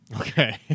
Okay